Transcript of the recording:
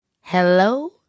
Hello